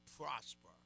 prosper